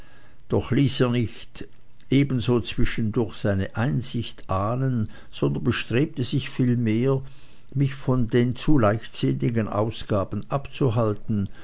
doch ließ er nicht ebenso zwischendurch seine einsicht ahnen sondern bestrebte sich vielmehr mich von den zu leichtsinnigen ausgaben abzuhalten